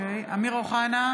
(קוראת בשמות חברי הכנסת) אמיר אוחנה,